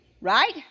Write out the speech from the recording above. Right